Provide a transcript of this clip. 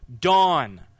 dawn